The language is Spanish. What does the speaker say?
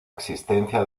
existencia